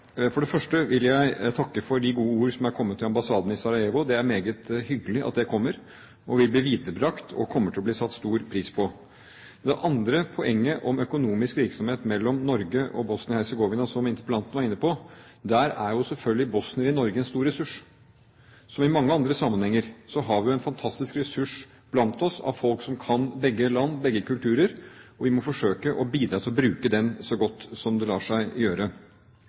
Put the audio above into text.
For det første vil jeg takke for de gode ord som er kommet til ambassaden i Sarajevo. Det er meget hyggelig at det kommer, og det vil bli viderebrakt og kommer til å bli satt stor pris på. Når det gjelder det andre poenget, om økonomisk virksomhet mellom Norge og Bosnia-Hercegovina, som interpellanten var inne på, er jo selvfølgelig bosniere i Norge en stor ressurs. Som i mange andre sammenhenger har vi en fantastisk ressurs av folk iblant oss som kan begge land, begge kulturer, og vi må forsøke å bidra til å bruke dem så godt som det lar seg gjøre.